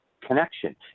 connection